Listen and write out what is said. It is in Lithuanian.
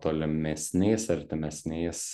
tolimesniais artimesniais